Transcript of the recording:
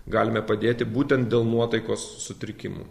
galime padėti būtent dėl nuotaikos sutrikimų